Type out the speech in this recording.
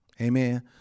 Amen